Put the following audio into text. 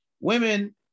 women